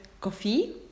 coffee